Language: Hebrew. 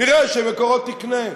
נראה ש"מקורות" תקנה.